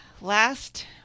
last